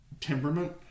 temperament